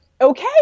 okay